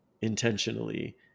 intentionally